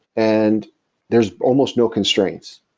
and there's almost no constraints.